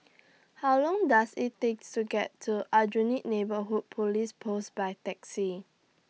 How Long Does IT Take to get to Aljunied Neighbourhood Police Post By Taxi